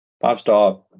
five-star